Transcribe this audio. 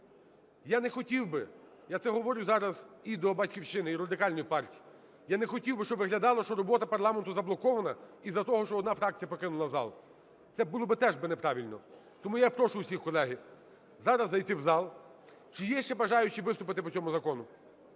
я не хотів би, я це говорю зараз і до "Батьківщини", і Радикальної партії, я не хотів би, щоб виглядало, що робота парламенту заблокована із-за того, що одна фракція покинула зал. Це було би теж би неправильно. Тому я прошу всіх, колеги, зараз зайти в зал. Чи є ще бажаючі виступити по цьому закону?